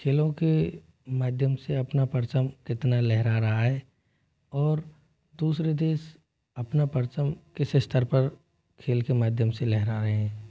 खेलों के माध्यम से अपना परचम कितना लहरा रहा है और दूसरे देश अपना परचम किस स्तर पर खेल के माध्यम से लहरा रहे हैं